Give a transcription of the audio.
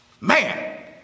Man